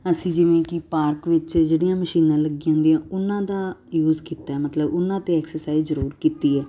ਅਸੀਂ ਜਿਵੇਂ ਕਿ ਪਾਰਕ ਵਿੱਚ ਜਿਹੜੀਆਂ ਮਸ਼ੀਨਾਂ ਲੱਗੀਆਂ ਹੁੰਦੀਆਂ ਉਹਨਾਂ ਦਾ ਯੂਜ਼ ਕੀਤਾ ਮਤਲਬ ਉਹਨਾਂ 'ਤੇ ਐਕਸਰਸਾਈਜ਼ ਜ਼ਰੂਰ ਕੀਤੀ ਹੈ